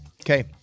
Okay